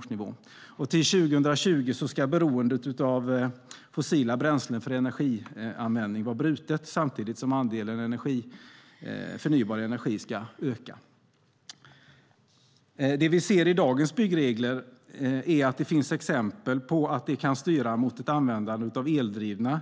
Till år 2020 ska beroendet av fossila bränslen för energianvändningen i bebyggelsesektorn vara brutet, samtidigt som andelen förnybar energi ökar kontinuerligt". Det vi ser i dagens byggregler är att det finns exempel på att det kan styra mot ett användande av eldrivna